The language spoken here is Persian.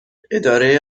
اداره